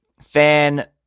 fan